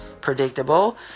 predictable